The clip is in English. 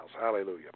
Hallelujah